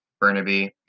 burnaby